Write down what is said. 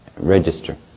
register